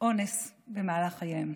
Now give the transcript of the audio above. במהלך חייה.